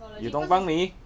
you tumpang me